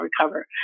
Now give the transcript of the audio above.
recover